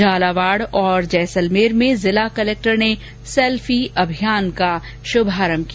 झालावाड़ और जैसलमेर में जिला कलेक्टर ने सेल्फी अभियान का श्रभारम्म किया